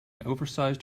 oversize